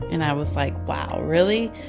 and i was like, wow, really?